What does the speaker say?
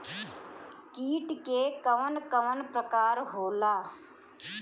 कीट के कवन कवन प्रकार होला?